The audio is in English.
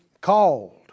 Called